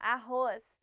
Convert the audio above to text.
Arroz